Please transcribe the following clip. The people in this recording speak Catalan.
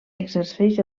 exerceix